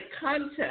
content